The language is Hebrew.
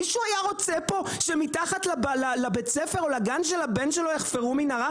מישהו היה רוצה פה שמתחת לבית הספר או לגן של הבן שלו יחפרו מנהרה?